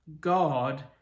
God